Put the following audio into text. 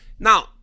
Now